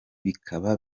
bikaba